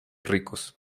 ricos